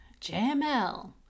JML